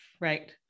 Right